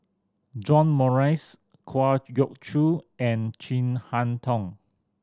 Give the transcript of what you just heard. John Morrice Kwa Geok Choo and Chin Harn Tong